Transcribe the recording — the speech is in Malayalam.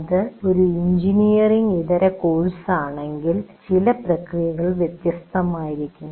ഇതൊരു എഞ്ചിനീയറിംഗ് ഇതര കോഴ്സാണെങ്കിൽ ചില പ്രക്രിയകൾ വ്യത്യസ്തമായിരിക്കും